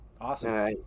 Awesome